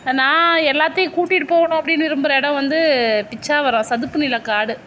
இப்போ நான் எல்லாத்தையும் கூட்டிகிட்டு போகணும் அப்படின்னு விரும்புகிற இடம் வந்து பிச்சாவரம் சதுப்பு நிலக்காடு